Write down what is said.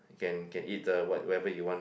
can can eat the what whenever you want